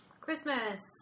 Christmas